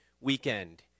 weekend